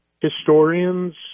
historians